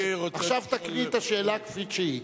עכשיו תקריא את השאלה כפי שהיא.